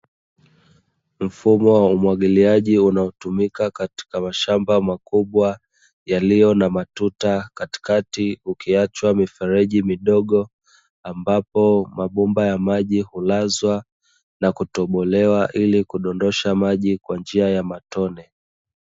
Mfumo wa umwagiliaji unaofumika katika mashamba makubwa yaliyo na maruta katikati kukiachwa mifereji midogo, ambapo mabomba ya maji hulazwa na kutobolewa ili kudondosha maji kwa njia ya matone.